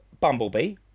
bumblebee